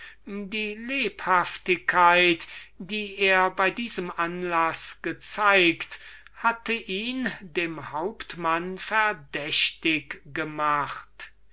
die lebhaftigkeit die er bei diesem anlaß gezeigt hatte ihn dem hauptmann verdächtig gemacht